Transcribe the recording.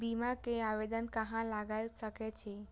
बीमा के आवेदन कहाँ लगा सके छी?